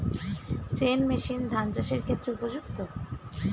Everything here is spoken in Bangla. চেইন মেশিন ধান চাষের ক্ষেত্রে উপযুক্ত?